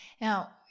Now